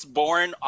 born